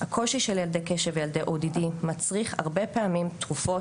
הקושי של ילדי קשב וילדי ODD מצריך הרבה פעמים תרופות,